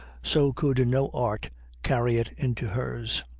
so could no art carry it into hers.